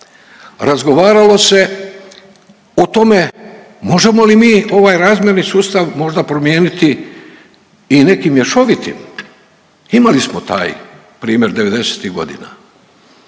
razgovaralo se o tome možemo li mi ovaj razmjerni sustav možda promijeniti i nekim mješovitim. Imali smo taj primjer devedesetih